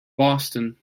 boston